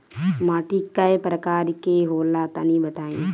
माटी कै प्रकार के होला तनि बताई?